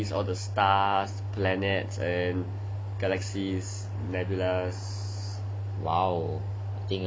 bodies before like you know studies all the stars planets and galaxies nebulas